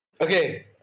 Okay